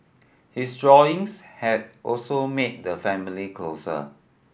his drawings have also made the family closer